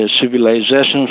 civilizations